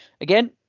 again